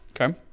Okay